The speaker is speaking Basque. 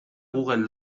google